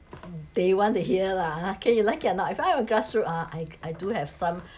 they want to hear lah ha okay you like it or not if I were a grassroot ah I I do have some